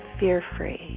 fear-free